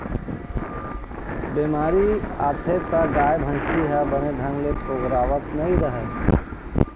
बेमारी आथे त गाय, भइसी ह बने ढंग ले पोगरावत नइ रहय